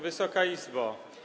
Wysoka Izbo!